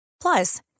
Plus